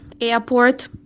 airport